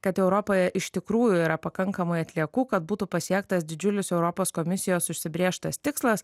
kad europoje iš tikrųjų yra pakankamai atliekų kad būtų pasiektas didžiulis europos komisijos užsibrėžtas tikslas